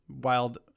wild